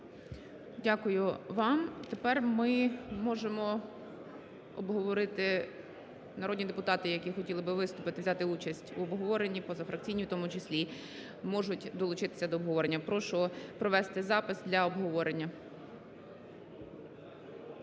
Дякую вам. Тепер ми можемо обговорити, народні депутати, які хотіли б виступити, взяти участь в обговоренні позафракційні, в тому числі, можуть долучитись до обговорення. Прошу провести запис для обговорення.